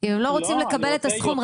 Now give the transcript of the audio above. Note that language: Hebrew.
אם הם לא רוצים לקבל את הסכום --- לא,